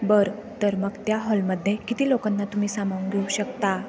बर तर मग त्या हॉलमध्ये किती लोकांना तुम्ही सामावून घेऊ शकता